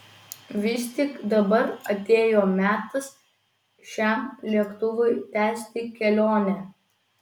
vis tik dabar atėjo metas šiam lėktuvui tęsti kelionę